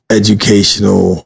educational